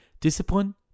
Discipline